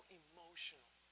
emotional